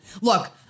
look